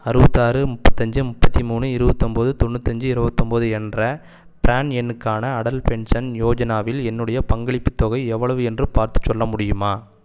அறுபத்தாறு முப்பத்தஞ்சு முப்பத்து மூணு இருபத்தொம்போது தொண்ணுத்தஞ்சு இருபத்தொம்போது என்ற ப்ரான் எண்ணுக்கான அடல் பென்ஷன் யோஜனாவில் என்னுடைய பங்களிப்புத் தொகை எவ்வளவு என்று பார்த்துச் சொல்ல முடியுமா